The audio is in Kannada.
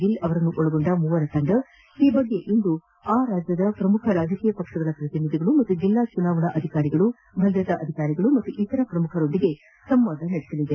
ಗಿಲ್ ಅವರನ್ನೊಳಗೊಂಡ ಮೂವರ ತಂಡ ಈ ಕುರಿತಂತೆ ಇಂದು ಆ ರಾಜ್ಯದ ಪ್ರಮುಖ ರಾಜಕೀಯ ಪಕ್ಷಗಳ ಪ್ರತಿನಿಧಿಗಳು ಹಾಗೂ ಜಿಲ್ಲಾ ಚುನಾವಣಾ ಅಧಿಕಾರಿಗಳು ಭದ್ರತಾ ಅಧಿಕಾರಿಗಳು ಹಾಗೂ ಇತರೆ ಪ್ರಮುಖರೊಂದಿಗೆ ಸಂವಾದ ನಡೆಸಲಿದೆ